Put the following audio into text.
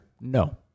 No